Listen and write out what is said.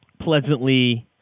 pleasantly